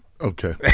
Okay